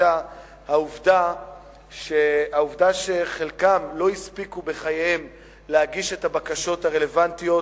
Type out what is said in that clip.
היתה העובדה שחלקם לא הספיקו בחייהם להגיש את הבקשות הרלוונטיות